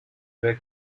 were